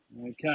Okay